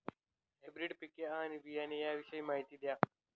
हायब्रिडची पिके आणि बियाणे याविषयी माहिती द्या